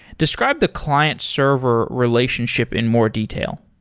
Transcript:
describe the client server relationship in more detail.